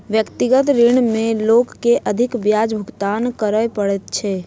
व्यक्तिगत ऋण में लोक के अधिक ब्याज भुगतान करय पड़ैत छै